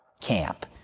camp